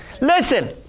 Listen